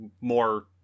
more